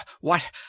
What